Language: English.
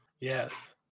Yes